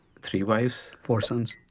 three wives? four sons.